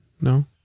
No